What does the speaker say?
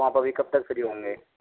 पापा भी कब तक फ्री होंगे